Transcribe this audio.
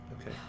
Okay